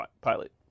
pilot